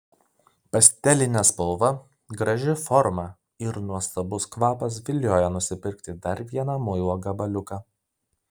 pastelinė spalva graži forma ir nuostabus kvapas vilioja nusipirkti dar vieną muilo gabaliuką